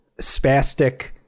spastic